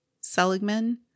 Seligman